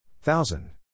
Thousand